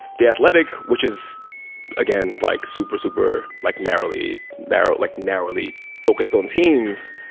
the athletic, which is again, like super, super, like narrowly narrow, like narrowly focused on teams,